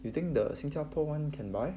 you think the 新加坡 [one] can buy